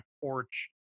porch